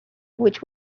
which